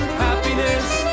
happiness